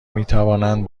میتوانند